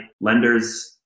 lenders